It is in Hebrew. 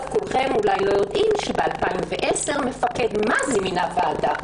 רובכם אולי לא יודעים שב-2010 מפקד מז"י (זרוע היבשה) מינה ועדה.